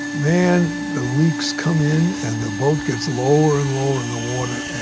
man the leaks come in and the boat gets lower and lower in the water and